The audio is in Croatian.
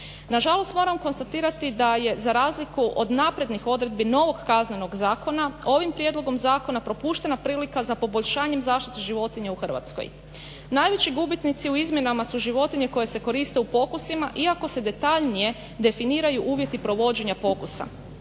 Nažalost moram konstatirati da je za razliku od naprednih odredbi novog Kaznenog zakona ovim prijedlogom zakona propuštena prilika za poboljšanjem zaštite životinja u Hrvatskoj. Najveći gubitnici u izmjenama su životinje koje se koriste u pokusima iako se detaljnije definiraju uvjeti provođenja pokusa.